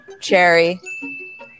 cherry